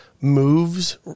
moves